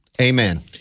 Amen